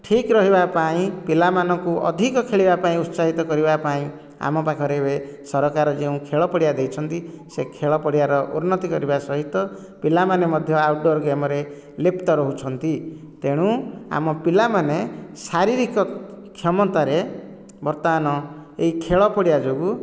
ଠିକ ରହିବା ପାଇଁ ପିଲାମାନଙ୍କୁ ଅଧିକ ଖେଳିବା ପାଇଁ ଉତ୍ସାହିତ କରିବା ପାଇଁ ଆମ ପାଖରେ ଏବେ ସରକାର ଯେଉଁ ଖେଳ ପଡ଼ିଆ ଦେଇଛନ୍ତି ସେହି ଖେଳ ପଡ଼ିଆର ଉନ୍ନତି କରିବା ସହିତ ପିଲାମାନେ ମଧ୍ୟ ଆଉଟ ଡୋର ଗେମରେ ଲିପ୍ତ ରହୁଛନ୍ତି ତେଣୁ ଆମ ପିଲାମାନେ ଶାରୀରିକ କ୍ଷମତାରେ ବର୍ତ୍ତମାନ ଏହି ଖେଳ ପଡ଼ିଆ ଯୋଗୁଁ